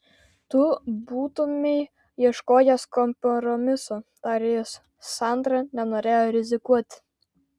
tu būtumei ieškojęs kompromiso tarė jis sandra nenorėjo rizikuoti